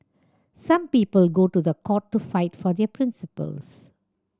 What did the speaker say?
some people go to the court to fight for their principles